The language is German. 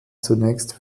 zunächst